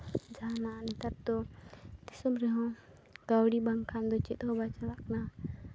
ᱡᱟᱦᱟᱱᱟᱜ ᱱᱮᱛᱟᱨ ᱫᱚ ᱫᱤᱥᱚᱢ ᱨᱮᱦᱚᱸ ᱠᱟᱹᱣᱰᱤ ᱵᱟᱝᱠᱷᱟᱱ ᱫᱚ ᱪᱮᱫ ᱦᱚᱸ ᱵᱟᱭ ᱪᱟᱞᱟᱜ ᱠᱟᱱᱟ